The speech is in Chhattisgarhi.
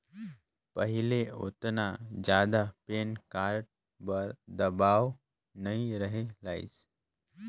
पहिले ओतना जादा पेन कारड बर दबाओ नइ रहें लाइस